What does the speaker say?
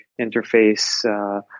interface